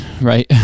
right